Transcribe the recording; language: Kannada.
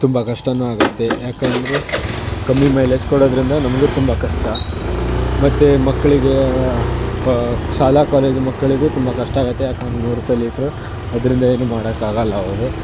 ತುಂಬ ಕಷ್ಟನೂ ಆಗುತ್ತೆ ಯಾಕಂದರೆ ಕಮ್ಮಿ ಮೈಲೇಜ್ ಕೊಡೋದರಿಂದ ನಮಗೂ ತುಂಬ ಕಷ್ಟ ಮತ್ತು ಮಕ್ಕಳಿಗೆ ಶಾಲಾ ಕಾಲೇಜು ಮಕ್ಕಳಿಗೂ ತುಂಬ ಕಷ್ಟ ಆಗುತ್ತೆ ಯಾಕಂದ್ರೆ ನೂರು ರೂಪಾಯಿ ಲೀಟ್ರು ಅದರಿಂದ ಏನೂ ಮಾಡೋಕ್ಕಾಗಲ್ಲ ಅವರು